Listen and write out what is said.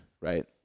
right